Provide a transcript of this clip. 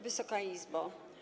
Wysoka Izbo!